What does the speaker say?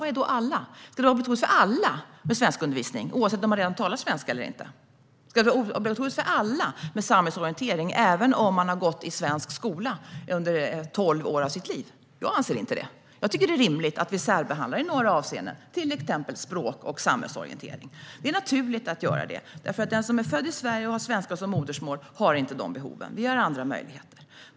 Vad är då alla? Ska det vara obligatoriskt för alla med svenskundervisning, oavsett om man redan talar svenska eller inte? Ska det vara obligatoriskt för alla med samhällsorientering, även om man har gått i svensk skola under tolv år av sitt liv? Jag anser inte det. Jag tycker att det är rimligt att vi särbehandlar i några avseenden, till exempel vad gäller språk och samhällsorientering. Det är naturligt att göra det, för den som är född i Sverige och har svenska som modersmål har inte de behoven. Vi har andra möjligheter.